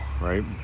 right